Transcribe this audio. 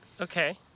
Okay